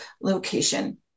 location